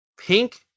pink